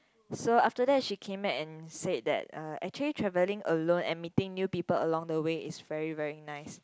so after that she came back and said that uh actually travelling alone and meeting new people along the way is very very nice